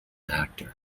actor